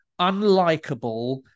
unlikable